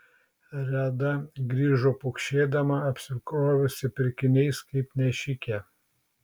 reda grįžo pukšėdama apsikrovusi pirkiniais kaip nešikė